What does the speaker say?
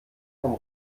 vom